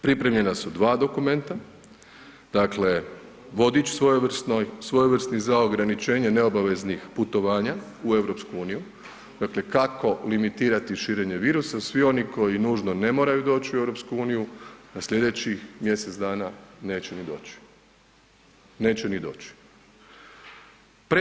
Pripremljena su dva dokumenta, dakle vodić svojevrsni za ograničenje neobaveznih putovanja u EU, dakle kako limitirati širenje virusa, svi oni koji nužno ne moraju doć u EU da slijedećih mjesec dana neće ni doći, neće ni doći.